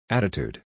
Attitude